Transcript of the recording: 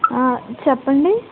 చెప్పండి